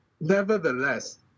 nevertheless